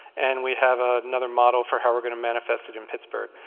and we have ah another model for how we're going to manifest it in pittsburgh.